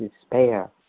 despair